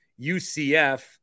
UCF